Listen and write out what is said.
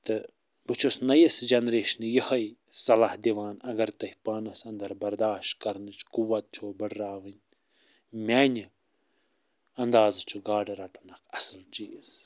تہٕ بہٕ چھُس نٔیِس جنریشنہِ یِہوٚے صلح دِوان اگر تۄہہِ پانَس انٛدر برداشت کرنٕچ قُوَت چھو بٔڑراوٕنۍ میٛانہِ انٛدازٕ چھُ گاڈٕ رٹُن اکھ اصٕل چیٖز